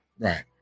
Right